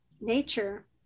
nature